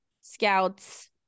scouts